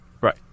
Right